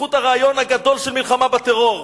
בזכות הרעיון הגדול של המלחמה בטרור,